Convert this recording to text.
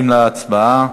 אנחנו עוברים להצבעה.